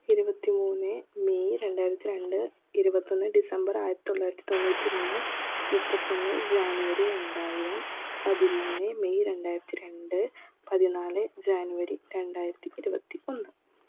ഇരുപത്തി മൂന്ന് മെയ് രണ്ടായിരത്തി രണ്ട് ഇരുപത്തിയൊന്ന് ഡിസംബർ ആയിരത്തി തൊള്ളായിരത്തി തൊണ്ണൂറ്റി മൂന്ന് മുപ്പത്തിയൊന്ന് ജാനുവരി രണ്ടായിരം പതിമൂന്ന് മെയ് രണ്ടായിരത്തി രണ്ട് പതിനാല് ജാനുവരി രണ്ടായിരത്തി ഇരുപത്തി ഒന്ന്